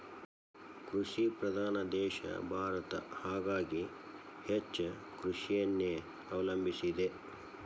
ಕೃಷಿ ಪ್ರಧಾನ ದೇಶ ಭಾರತ ಹಾಗಾಗಿ ಹೆಚ್ಚ ಕೃಷಿಯನ್ನೆ ಅವಲಂಬಿಸಿದೆ